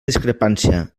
discrepància